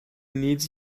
needs